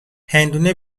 هندونه